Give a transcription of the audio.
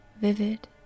vivid